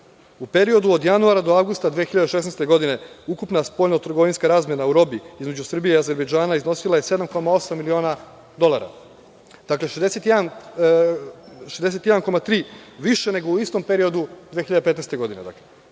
U periodu od januara do avgusta 2016. godine ukupna spoljno trgovinska razmena u robi između Srbije i Azerbejdžana iznosila je 7,8 miliona dolara. Dakle, 61,3 više nego u istom periodu 2015. godine